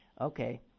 Okay